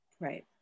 Right